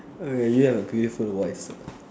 !oi! you have a beautiful voice sir